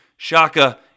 Shaka